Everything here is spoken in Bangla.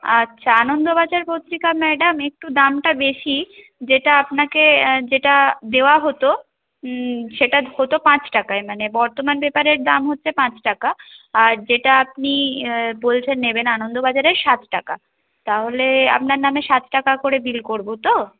আচ্ছা আনন্দবাজার পত্রিকা ম্যাডাম একটু দামটা বেশি যেটা আপনাকে যেটা দেওয়া হতো সেটা হতো পাঁচ টাকায় মানে বর্তমান পেপারের দাম হচ্ছে পাঁচ টাকা আর যেটা আপনি বলছেন নেবেন আনন্দবাজারের সাত টাকা তাহলে আপনার নামে সাত টাকা করে বিল করবো তো